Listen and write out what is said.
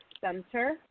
Center